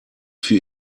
für